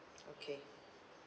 okay